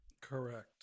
Correct